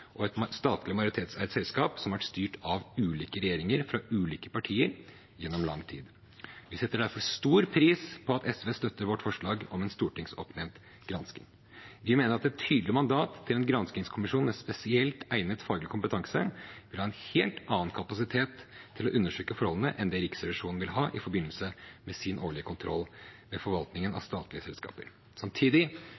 og et statlig majoritetseid selskap som har vært styrt av ulike regjeringer fra ulike partier gjennom lang tid. Vi setter derfor stor pris på at SV støtter vårt forslag om en stortingsoppnevnt gransking. Vi mener at et tydelig mandat til en granskingskommisjon med spesielt egnet faglig kompetanse vil ha en helt annen kapasitet til å undersøke forholdene enn det Riksrevisjonen vil ha i forbindelse med sin årlige kontroll med forvaltningen av